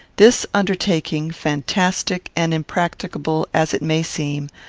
this undertaking, fantastic and impracticable as it may seem,